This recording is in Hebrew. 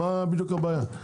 מה הבעיה?